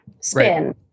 spin